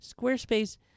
Squarespace